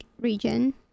region